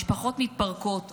משפחות מתפרקות,